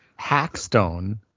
Hackstone